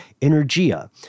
Energia